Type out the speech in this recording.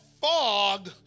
fog